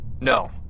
No